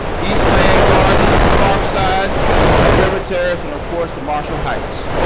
eastland gardens, parkside to river terrace and of course, to marshall heights.